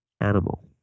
animal